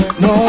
no